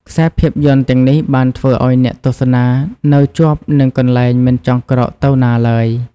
ខ្សែភាពយន្តទាំងនេះបានធ្វើឲ្យអ្នកទស្សនានៅជាប់នឹងកន្លែងមិនចង់ក្រោកទៅណាឡើយ។